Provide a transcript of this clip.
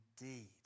indeed